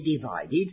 divided